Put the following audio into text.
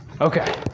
Okay